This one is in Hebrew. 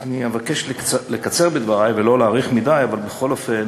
אני אבקש לקצר בדברי ולא להאריך מדי, אבל בכל אופן